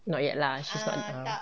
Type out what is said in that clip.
not yet lah she's not err